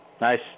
Nice